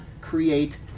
create